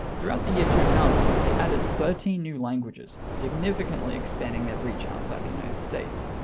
throughout the year two thousand, they added thirteen new languages, significantly expanding their reach outside the united states.